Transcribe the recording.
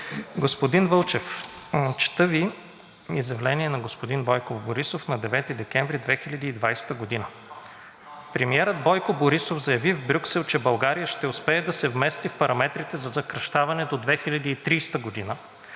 Господин Вълчев, чета Ви изявление на господин Бойко Борисов на 9 декември 2020 г. Премиерът Бойко Борисов заяви в Брюксел, че България ще успее да се вмести в параметрите за съкращаване до 2030 г. на